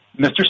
Mr